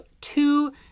two